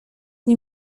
nie